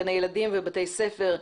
מגני ילדים ובתי ספר,